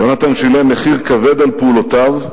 יונתן שילם מחיר כבד על פעולותיו,